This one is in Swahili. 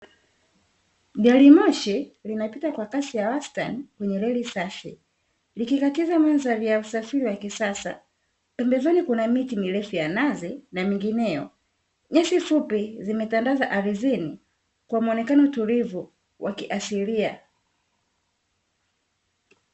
Gari moshi linapita kwa kasi ya wastani kwenye reli safi, likikatiza mandhari ya usafiri wa kisasa, pembezoni kuna miti mirefu ya nazi na mingineyo, nyasi fupi zimetandaza ardhini kwa muonekano tulivu wa kiasilia.